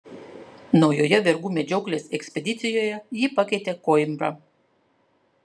naujoje vergų medžioklės ekspedicijoje jį pakeitė koimbra